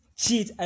cheat